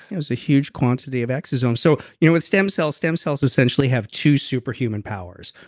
it was a huge quantity of exosomes. so you know with stem cells, stem cells essentially have two superhuman powers.